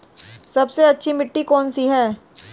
सबसे अच्छी मिट्टी कौन सी है?